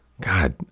god